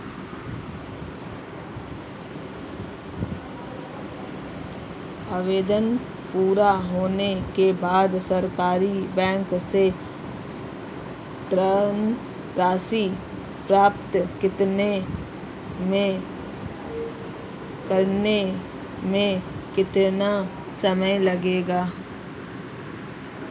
आवेदन पूरा होने के बाद सरकारी बैंक से ऋण राशि प्राप्त करने में कितना समय लगेगा?